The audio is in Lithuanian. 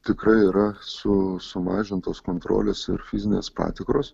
tikrai yra su sumažintos kontrolės ir fizinės patikros